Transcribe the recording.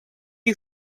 you